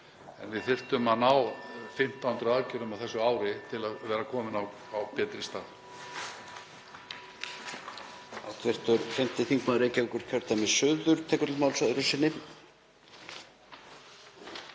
en við þyrftum að ná 1.500 aðgerðum á þessu ári til að vera komin á betri stað.